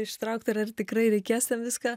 ištraukt ar ar tikrai reikės ten viską